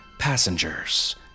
Passengers